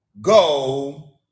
go